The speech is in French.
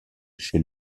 chez